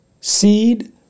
seed